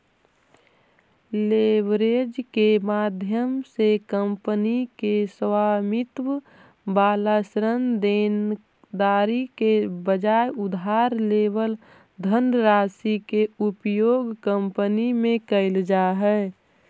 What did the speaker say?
leverage के माध्यम से कंपनी के स्वामित्व वाला ऋण देनदारी के बजाय उधार लेवल धनराशि के उपयोग कंपनी में कैल जा हई